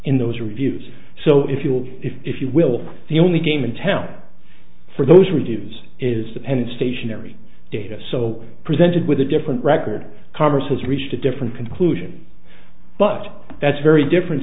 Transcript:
in those reviews so if you will if you will the only game in town for those reviews is dependent stationary data so presented with a different record congress has reached a different conclusion but that's very different